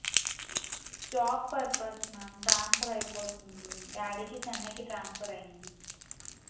job purpose ma'am transfer అయిపోతుంది డాడీకి చెన్నైకి ట్రాన్స్ఫర్ అయ్యింది